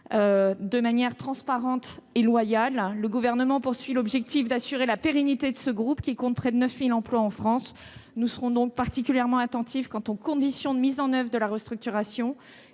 de manière transparente et loyale. Le Gouvernement a pour objectif d'assurer la pérennité de ce groupe, qui compte près de 9 000 emplois en France. Nous serons donc particulièrement attentifs quant aux conditions de mise en oeuvre de la restructuration,